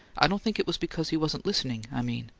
i don't think it was because he wasn't listening, i mean.